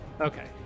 okay